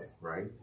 right